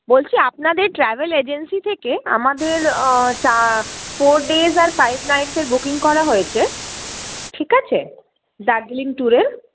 বলছি আপনাদের travel agency থেকে আমাদের চা ফোর ডেজ আর ফাইভ নাইটসের বুকিং করা হয়েছে ঠিক আছে দার্জিলিং ট্যুরের